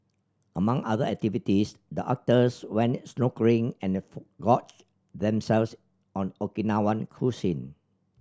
among other activities the actors went snorkelling and gorged themselves on Okinawan cuisine